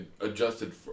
adjusted